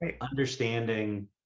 understanding